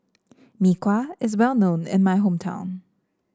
Mee Kuah is well known in my hometown